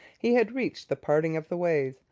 he had reached the parting of the ways.